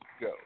go